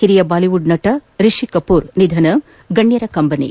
ಹಿರಿಯ ಬಾಲಿವುಡ್ ನಟ ರಿಷಿ ಕಪೂರ್ ನಿಧನ ಗಣ್ಣರ ಕಂಬನಿ